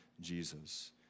Jesus